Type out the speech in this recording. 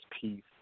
peace